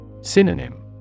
Synonym